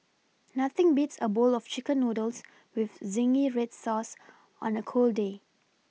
nothing beats a bowl of chicken noodles with zingy red sauce on a cold day